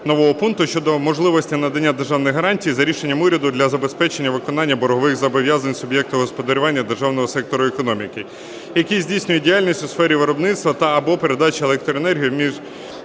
нового пункту щодо можливості надання державних гарантій за рішенням уряду для забезпечення виконання боргових зобов'язань суб'єктів господарювання державного сектору економіки, який здійснює діяльність у сфері виробництва та/або передачі електроенергії,